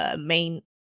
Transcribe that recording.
main